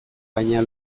baina